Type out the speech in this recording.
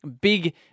big